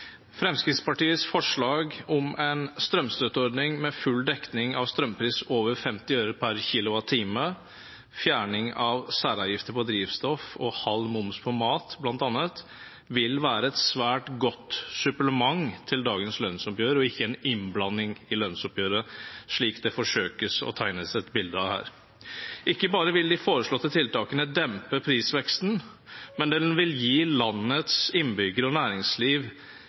Fremskrittspartiets forslag om en strømstøtteordning med full dekning av strømprisen over 50 øre/kWh, fjerning av særavgifter på drivstoff og halv moms på mat, bl.a., vil være et svært godt supplement til dagens lønnsoppgjør, og ikke en innblanding i lønnsoppgjøret, slik det forsøkes å tegne et bilde av her. Ikke bare vil de foreslåtte tiltakene dempe prisveksten, men de vil gi landets innbyggere og næringsliv